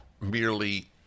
merely